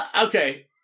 Okay